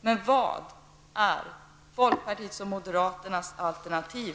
Men vad är folkpartiets och moderaternas alternativ?